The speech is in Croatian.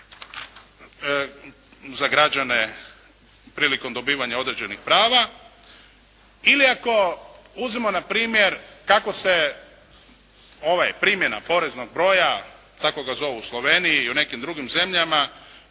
za građane prilikom dobivanja određenih prava. Ili ako uzmemo na primjer kako se primjena poreznog broja, tako ga zovu u Sloveniji i u nekim drugim zemljama,